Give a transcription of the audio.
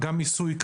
מיסוי.